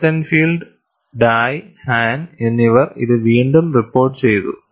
Rosenfield Dai Han എന്നിവർ ഇത് വീണ്ടും റിപ്പോർട്ട് ചെയ്തു